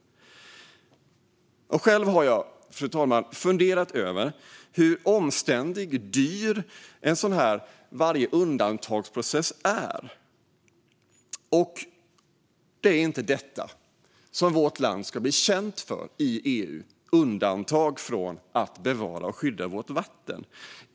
Själv har jag funderat över hur omständlig och dyr varje undantagsprocess är. Det är inte detta som vårt land ska bli känt för i EU. Vi ska inte bli kända för undantag från skyldigheten att bevara och skydda vårt vatten.